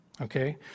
okay